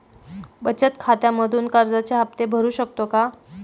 बचत खात्यामधून कर्जाचे हफ्ते भरू शकतो का?